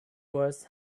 was